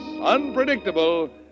unpredictable